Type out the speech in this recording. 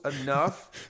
enough